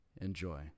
Enjoy